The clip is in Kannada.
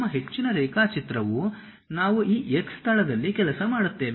ನಮ್ಮ ಹೆಚ್ಚಿನ ರೇಖಾಚಿತ್ರವು ನಾವು ಈ X ಸ್ಥಳದಲ್ಲಿ ಕೆಲಸ ಮಾಡುತ್ತೇವೆ